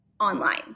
online